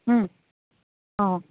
অঁ